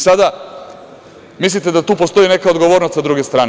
Sada, mislite da tu postoji neka odgovornost sa druge strane?